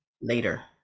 later